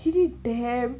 he did damn